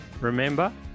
Remember